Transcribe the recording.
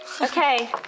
Okay